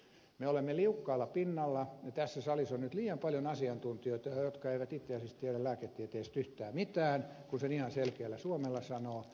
me olemme liukkaalla pinnalla ja tässä salissa on nyt liian paljon asiantuntijoita jotka eivät itse asiassa tiedä lääketieteestä yhtään mitään kun sen ihan selkeällä suomella sanoo